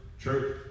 Church